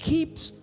Keeps